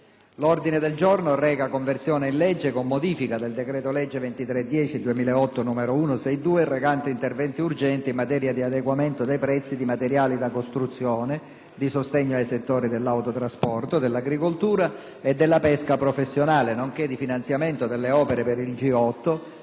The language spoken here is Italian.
DISEGNO DI LEGGE Conversione in legge, con modificazioni, del decreto-legge 23 ottobre 2008, n. 162, recante interventi urgenti in materia di adeguamento dei prezzi di materiali da costruzione, di sostegno ai settori dell'autotrasporto, dell'agricoltura e della pesca professionale, nonché di finanziamento delle opere per il G8